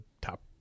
top